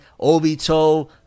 obito